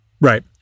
Right